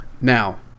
Now